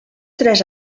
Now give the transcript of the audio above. tres